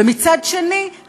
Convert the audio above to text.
ומצד שני,